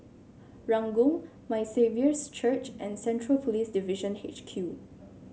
Ranggung My Saviour's Church and Central Police Division H Q